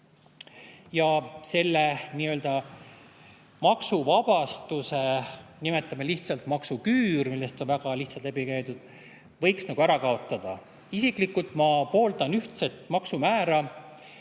ja selle nii-öelda maksuvabastuse – nimetame seda lihtsalt maksuküüruks –, millest on väga lihtsalt läbi käidud, võiks ära kaotada. Isiklikult ma pooldan ühtset maksumäära